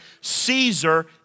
Caesar